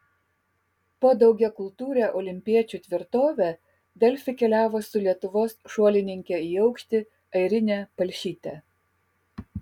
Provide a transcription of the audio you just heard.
po daugiakultūrę olimpiečių tvirtovę delfi keliavo su lietuvos šuolininke į aukštį airine palšyte